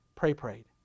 Pray-prayed